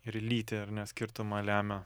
ir lytį ar ne skirtumą lemia